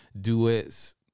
duets